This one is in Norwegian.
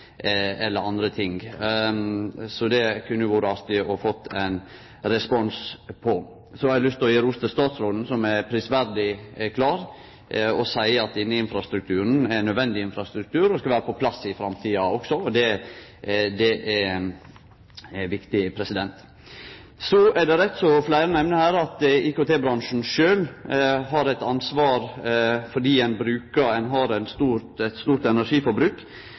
andre ting. Så det kunne det vore artig å få ein respons på. Så har eg lyst til å gje ros til statsråden, som er prisverdig klar og seier at denne infrastrukturen er nødvendig infrastruktur og skal vere på plass i framtida også. Det er viktig. Så er det rett, som fleire nemner her, at IKT-bransjen sjølv har eit ansvar fordi ein har eit stort energiforbruk. Ei undersøking som blei gjord, viste at berre 4,5 pst. av norske IT-sjefar legg stor vekt på